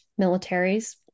militaries